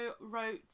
wrote